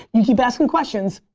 you keep asking questions,